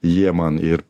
jie man ir